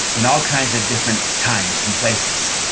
in all kinds of different times and places.